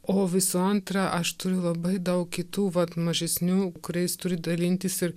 o visų antra aš turiu labai daug kitų vat mažesnių kuriais turi dalintis ir